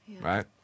Right